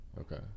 okay